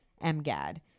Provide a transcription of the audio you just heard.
MGAD